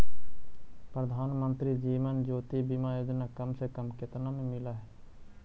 प्रधानमंत्री जीवन ज्योति बीमा योजना कम से कम केतना में मिल हव